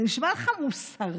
זה נשמע לך מוסרי?